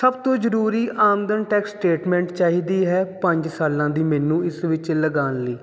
ਸਭ ਤੋਂ ਜ਼ਰੂਰੀ ਆਮਦਨ ਟੈਕਸ ਸਟੇਟਮੈਂਟ ਚਾਹੀਦੀ ਹੈ ਪੰਜ ਸਾਲਾਂ ਦੀ ਮੈਨੂੰ ਇਸ ਵਿੱਚ ਲਗਾਉਣ ਲਈ